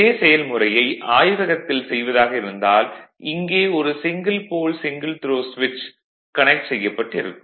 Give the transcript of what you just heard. இதே செயல்முறையை ஆய்வகத்தில் செய்வதாக இருந்தால் இங்கே ஒரு சிங்கிள் போல் சிங்கிள் த்ரோ ஸ்விட்ச் SPST ஸ்விட்ச் கனெக்ட் செய்யப்பட்டிருக்கும்